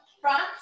front